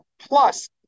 plus